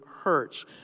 hurts